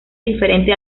diferente